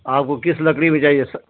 آپ کو کس لکڑی میں چاہیے سر